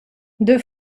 deux